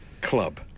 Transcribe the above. Club